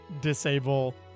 disable